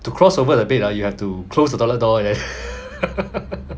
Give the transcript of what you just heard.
to cross over the bed lah you have to close the toilet door leh